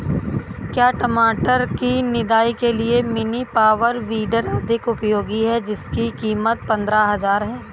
क्या टमाटर की निदाई के लिए मिनी पावर वीडर अधिक उपयोगी है जिसकी कीमत पंद्रह हजार है?